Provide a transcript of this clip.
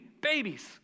babies